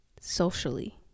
socially